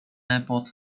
airport